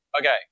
Okay